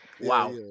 Wow